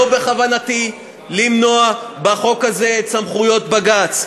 אין בכוונתי למנוע בחוק הזה את סמכויות בג"ץ,